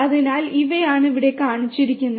അതിനാൽ ഇവയാണ് ഇവിടെ കാണിച്ചിരിക്കുന്നത്